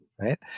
right